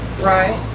right